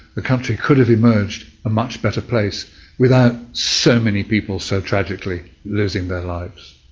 the country could have emerged a much better place without so many people so tragically losing their lives.